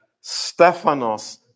Stephanos